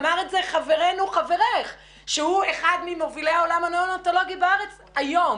אמר את זה חברנו/חברך שהוא אחד ממובילי בעולם הניאונטולוגי בארץ היום.